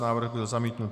Návrh byl zamítnut.